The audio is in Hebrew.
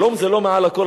שלום זה לא מעל הכול?